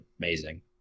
amazing